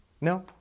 no